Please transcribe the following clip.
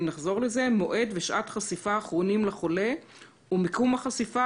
מועד ושעת החשיפה האחרונים לחולה ומיקום החשיפה,